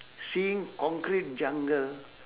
seeing concrete jungle